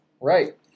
Right